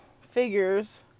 figures